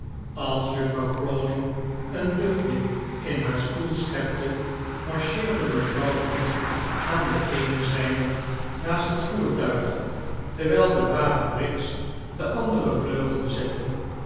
als juffrouw crawley een luchtje in haar stoel schepte marcheerde mevrouw bute aan de eene zijde naast het voertuig terwijl de brave briggs den anderen vleugel bezette